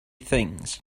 things